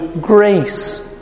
grace